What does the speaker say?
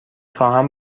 خواهم